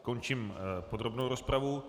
Končím podrobnou rozpravu.